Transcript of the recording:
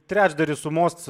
trečdarį sumos